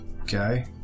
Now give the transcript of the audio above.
Okay